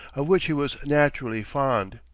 of which he was naturally fond.